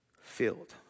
filled